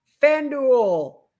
FanDuel